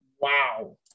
Wow